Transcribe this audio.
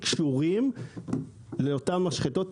קשורים לאותן משחטות,